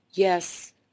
Yes